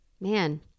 Man